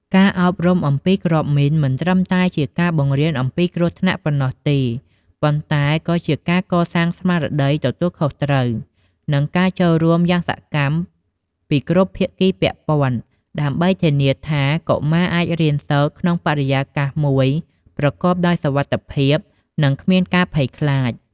ការអប់រំអំពីគ្រាប់មីន មិនត្រឹមតែជាការបង្រៀនអំពីគ្រោះថ្នាក់ប៉ុណ្ណោះទេ ប៉ុន្តែក៏ជាការកសាងស្មារតីទទួលខុសត្រូវ និងការចូលរួមយ៉ាងសកម្មពីគ្រប់ភាគីពាក់ព័ន្ធ ដើម្បីធានាថាកុមារអាចរៀនសូត្រក្នុងបរិយាកាសមួយប្រកបដោយសុវត្ថិភាព និងគ្មានការភ័យខ្លាច។